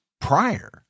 prior